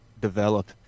develop